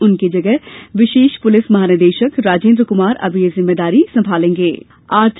उनकी जगह विशेष पुलिस महानिदेशक राजेन्द्र कुमार अब ये जिम्मेदारी दी गई है